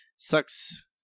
Sucks